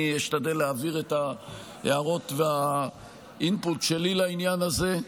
אני אשתדל להביא את ההערות ואת ה-input שלי בעניין הזה,